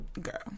Girl